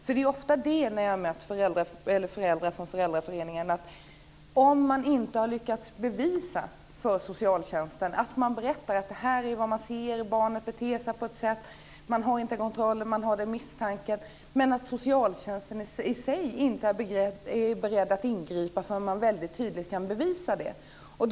När jag har mött föräldrar från föräldraföreningen har det oftast handlat om att de inte har lyckats bevisa det här för socialtjänsten. De berättar vad de ser och att barnet beter sig på ett visst sätt. De har inte kontrollen. De har en misstanke, men socialtjänsten är inte beredd att ingripa förrän de väldigt tydligt kan bevisa det här.